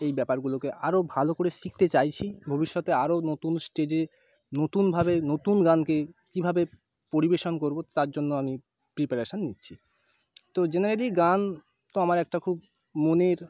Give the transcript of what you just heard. এই ব্যাপারগুলোকে আরও ভালো করে শিখতে চাইছি ভবিষ্যতে আরও নতুন স্টেজে নতুনভাবে নতুন গানকে কীভাবে পরিবেশন করবো তার জন্য আমি প্রিপারেশন নিচ্ছি তো জেনারেলি গান তো আমার একটা খুব মনের